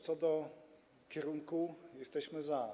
Co do kierunku, to jesteśmy za.